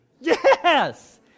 Yes